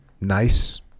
Nice